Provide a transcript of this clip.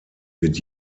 wird